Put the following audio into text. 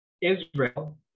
Israel